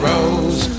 Rose